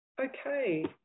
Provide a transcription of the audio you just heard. Okay